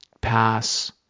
pass